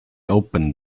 opened